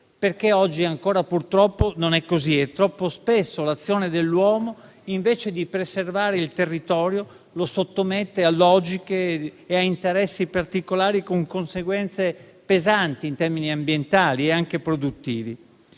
perché oggi non è purtroppo ancora così. Troppo spesso l'azione dell'uomo, invece di preservare il territorio, lo sottomette a logiche e interessi particolari, con conseguenze pesanti in termini ambientali e anche produttivi.